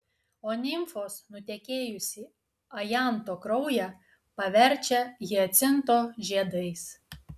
o nimfos nutekėjusį ajanto kraują paverčia hiacinto žiedais